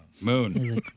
Moon